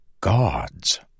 Gods